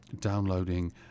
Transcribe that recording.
downloading